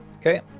Okay